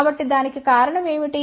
కాబట్టి దానికి కారణం ఏమిటి